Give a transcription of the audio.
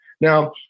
Now